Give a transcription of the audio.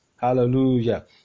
Hallelujah